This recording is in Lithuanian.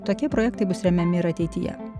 tokie projektai bus remiami ir ateityje